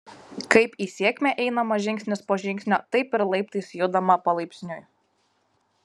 kaip į sėkmę einama žingsnis po žingsnio taip ir laiptais judama palaipsniui